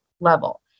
level